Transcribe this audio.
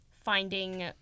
finding